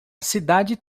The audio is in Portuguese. cidade